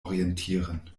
orientieren